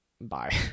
Bye